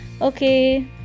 okay